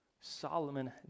Solomon